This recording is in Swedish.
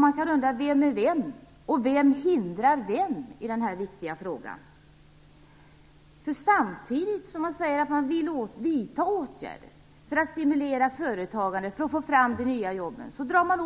Man kan undra: Vem är vem? Och vem hindrar vem i denna viktiga fråga? Samtidigt som man säger sig vilja vidta åtgärder för att stimulera företagandet och få fram de nya jobben drar man